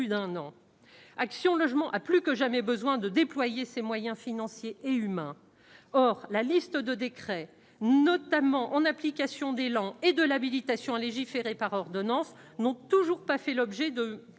d'un an action logement a plus que jamais besoin de déployer ses moyens financiers et humains, or la liste de décrets notamment en application d'élan et de l'habilitation à légiférer par ordonnance n'ont toujours pas fait l'objet de